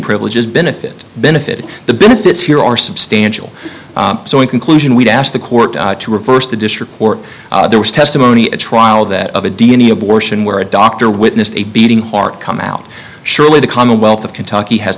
privileges benefit benefited the benefits here are substantial so in conclusion we've asked the court to reverse the district or there was testimony at trial that of a d n a abortion where a doctor witnessed a beating heart come out surely the commonwealth of kentucky has